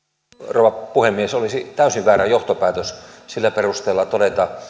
rouva puhemies olisi täysin väärä johtopäätös sillä perusteella todeta